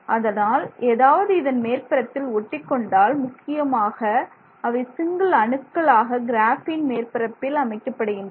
அதனால் ஏதாவது இதன் மேற்புறத்தில் ஒட்டிக்கொண்டால் முக்கியமாக அவை சிங்கிள் அணுக்களாக கிராஃபீன் மேற்பரப்பில் அமைக்கப்படுகின்றன